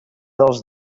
dels